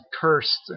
cursed